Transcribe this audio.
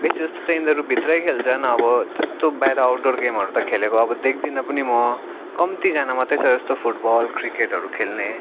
बेसी जस्तो चाहिँ यिनीहरू भित्रै खेल्छन् अब त्यस्तो बाहिर आउटडोर गेमहरू त खेलेको अब देख्दिनँ पनि म कम्तीजना मात्रै छ जस्तो फुटबल क्रिकेटहरू खेल्ने